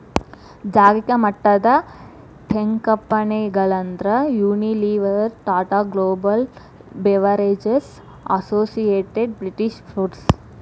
ಜಾಗತಿಕಮಟ್ಟದ ಟೇಕಂಪೆನಿಗಳಂದ್ರ Unilever, Tata Global Beverages, Associated British foods